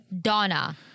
Donna